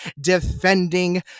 defending